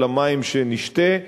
על המים שנשתה,